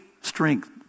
strength